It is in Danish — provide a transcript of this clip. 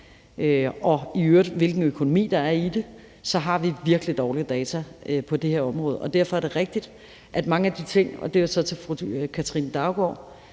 og i øvrigt hvilken økonomi der er i det, har vi virkelig dårlige data på det her område. Derfor er det rigtigt, at mange af de ting, og det er så til fru Katrine Daugaard,